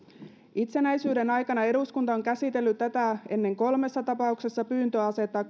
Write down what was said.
itsenäisyyden aikana eduskunta on käsitellyt tätä ennen kolmessa tapauksessa pyyntöä asettaa